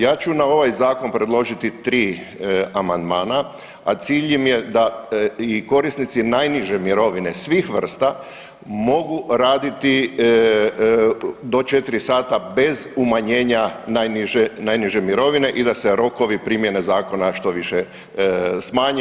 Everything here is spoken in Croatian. Ja ću na ovaj zakon predložiti tri amandmana, a cilj im je da i korisnici najniže mirovine svih vrsta mogu raditi do četiri sata bez umanjenja najniže mirovine i da se rokovi primjene zakona što više smanje.